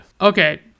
Okay